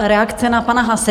Reakce na pana Haase.